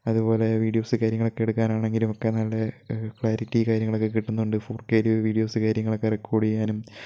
അതുപോലെ വീഡിയോസ് കാര്യങ്ങളൊക്കെ എടുക്കാനാണെങ്കിലും ഒക്കെ നല്ലെ ക്ലാരിറ്റി കാര്യങ്ങളൊക്കെ കിട്ടുന്നുണ്ട് ഫോർ കെയിൽ വീഡിയോസ് കാര്യങ്ങളൊക്കെ റെക്കോര്ഡ് ചെയ്യുവാനും